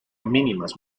mínimas